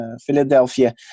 Philadelphia